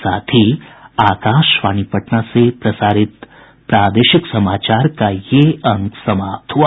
इसके साथ ही आकाशवाणी पटना से प्रसारित प्रादेशिक समाचार का ये अंक समाप्त हुआ